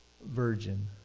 Virgin